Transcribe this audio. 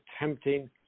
attempting